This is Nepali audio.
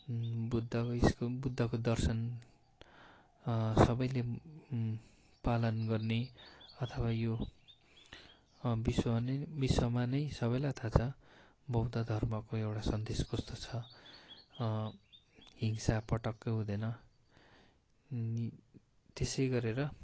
बुद्धको स्तूप बुद्धको दर्शन सबैले पालन गर्ने अथवा यो विश्व नै विश्वमा नै सबैलाई थाहा छ बौद्ध धर्मको एउटा सन्देश कस्तो छ हिंसा पटक्कै हुँदैन अनि त्यसै गरेर